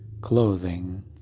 clothing